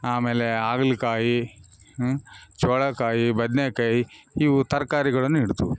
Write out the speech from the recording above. ಆಮೇಲೆ ಹಾಗಲ್ಕಾಯಿ ಚೋಳಕಾಯಿ ಬದನೇಕಾಯಿ ಇವು ತರಕಾರಿಗಳನ್ ಇಡ್ತಿವಿ